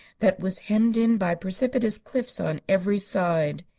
that was hemmed in by precipitous cliffs on every side.